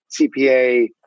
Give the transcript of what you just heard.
CPA